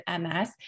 MS